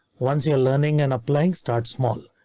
once you're learning and applying, start small.